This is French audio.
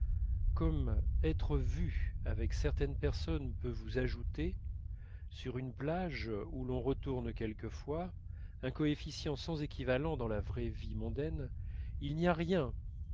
comme être vu avec certaines personnes peut vous ajouter sur une plage où l'on retourne quelquefois un coefficient sans équivalent dans la vraie vie mondaine il n'y a rien